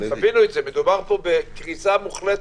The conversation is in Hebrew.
מדובר פה בקריסה מוחלטת.